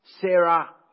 Sarah